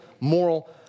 moral